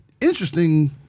interesting